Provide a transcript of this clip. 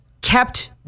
kept